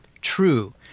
true